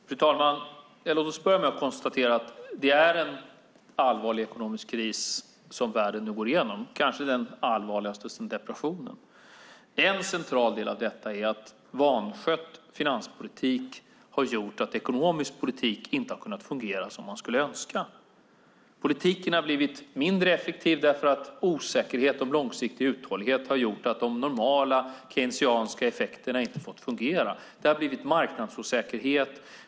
Fru talman! Låt oss börja med att konstatera att det är en allvarlig ekonomisk kris som världen nu går igenom, kanske den allvarligaste sedan depressionen. En central del av detta är att vanskött finanspolitik har gjort att ekonomisk politik inte har kunnat fungera som man skulle kunna önska. Politiken har blivit mindre effektiv därför att osäkerhet om långsiktig uthållighet har gjort att de normala keynesianska effekterna inte har fått fungera. Det har blivit marknadsosäkerhet.